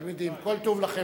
כל טוב לכם.